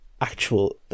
actual